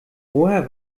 woher